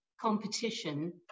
competition